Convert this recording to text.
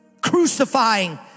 crucifying